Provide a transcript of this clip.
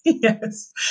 Yes